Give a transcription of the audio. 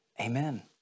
Amen